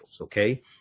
Okay